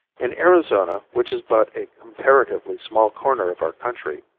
in arizona, which is but a comparatively small corner of our country,